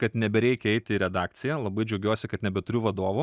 kad nebereikia eiti į redakciją labai džiaugiuosi kad nebeturiu vadovų